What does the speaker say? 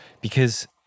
because-